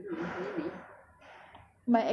lam soon singapore ke tadi